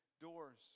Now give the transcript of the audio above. doors